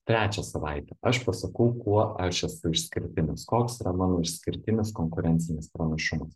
trečią savaitę aš pasakau kuo aš esu išskirtinis koks yra mano išskirtinis konkurencinis pranašumas